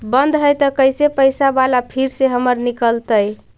बन्द हैं त कैसे पैसा बाला फिर से हमर निकलतय?